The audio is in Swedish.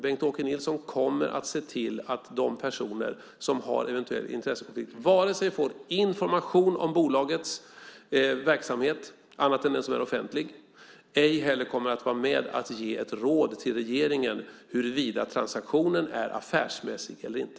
Bengt-Åke Nilsson kommer att se till att de personer som har en eventuell intressekonflikt varken kommer att få information om bolagets verksamhet, annat än den som är offentlig, eller kommer att vara med och ge ett råd till regeringen huruvida transaktionen är affärsmässig eller inte.